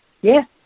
Yes